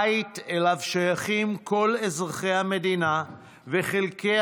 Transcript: בית שאליו שייכים כל אזרחי המדינה וחלקי